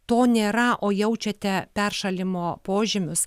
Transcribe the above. to nėra o jaučiate peršalimo požymius